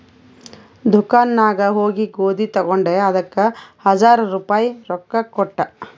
ದುಕಾನ್ ನಾಗ್ ಹೋಗಿ ಗೋದಿ ತಗೊಂಡ ಅದಕ್ ಹಜಾರ್ ರುಪಾಯಿ ರೊಕ್ಕಾ ಕೊಟ್ಟ